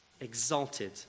exalted